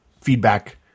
feedback